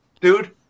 Dude